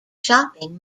shopping